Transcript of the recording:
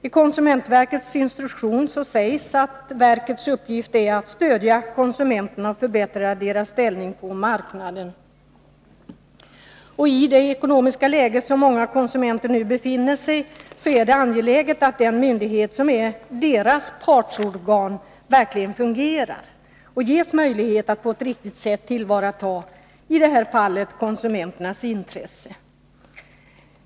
I konsumentverkets instruktion sägs att verkets uppgift är att stödja konsumenterna och förbättra deras ställning på marknaden. I det ekonomiska läge som många konsumenter nu befinner sig i är det angeläget att den myndighet som är deras partsorgan verkligen fungerar och ges möjlighet att på ett riktigt sätt tillvarata i det här fallet konsumenternas intresse.